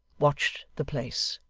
watched the place.